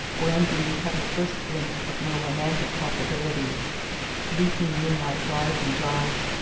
where undine had her first glimpse of more romantic possibilities leafy moonlight rides and drives,